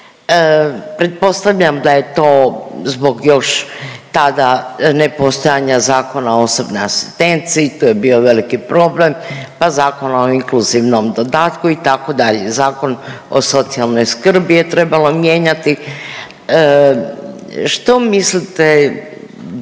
Pretpostavljam da je to zbog još tada nepostojanja Zakona o osobnoj asistenciji, tu je bio veliki problem pa Zakona o inkluzivnom dodatku, itd., Zakon o socijalnoj skrbi je trebalo mijenjati. Što mislite